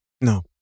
no